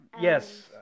Yes